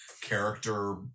character